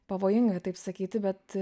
pavojinga taip sakyti bet